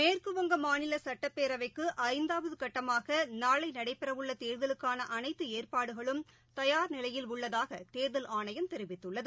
மேற்குவங்க மாநிலசுட்டப்பேரவைக்குறந்தாவதுகட்டமாகநாளைநடைபெறவுள்ளதேர்தலுக்கானஅனைத்துஏற்பாடுகளும் தயார் நிலையில் உள்ளதாகதேர்தல் ஆணையம் தெரிவித்துள்ளது